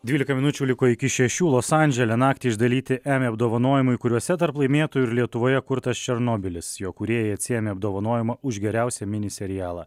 dvylika minučių liko iki šešių los andžele naktį išdalyti emmy apdovanojimai kuriuose tarp laimėtojų ir lietuvoje kurtas černobylis jo kūrėjai atsiėmė apdovanojimą už geriausią mini serialą